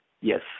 Yes